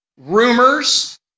rumors